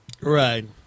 Right